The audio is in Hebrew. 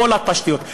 כל התשתיות.